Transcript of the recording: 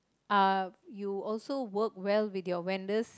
uh you also work well with your vendors